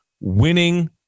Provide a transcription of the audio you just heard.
Winning